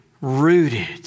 rooted